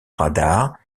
radars